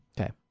Okay